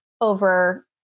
over